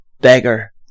beggar